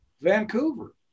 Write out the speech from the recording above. Vancouver